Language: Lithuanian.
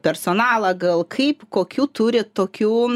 personalą gal kaip kokių turit tokių